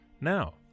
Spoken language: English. Now